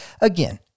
again